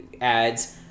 ads